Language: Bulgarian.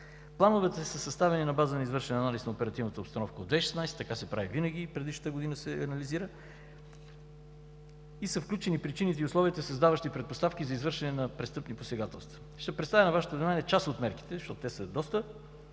Плановете са съставени на база извършен анализ на оперативната обстановка от 2016 г. Така се прави винаги – анализира се предишната година, и включват причините и условията, създаващи предпоставки за извършване на престъпни посегателства. Ще представя на Вашето внимание част от мерките, защото те са доста,